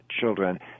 children